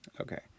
Okay